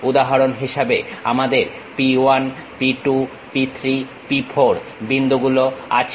উদাহরণ হিসেবে আমাদের P 1 P 2 P 3 P 4 বিন্দুগুলো আছে